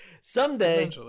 someday